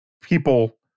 people